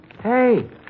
Hey